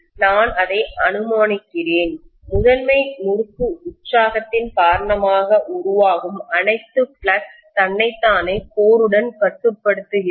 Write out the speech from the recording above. நான் அதை அனுமானிக்கிறேன் முதன்மை முறுக்கு உற்சாகத்தின் காரணமாக உருவாகும் அனைத்து ஃப்ளக்ஸ் தன்னைத்தானே கோர் உடன் கட்டுப்படுத்துகிறது